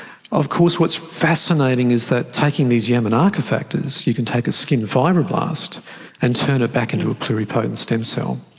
of course what's fascinating is that taking these yamanaka factors, you can take a skin fibroblast and turn it back into a pluripotent stem cell.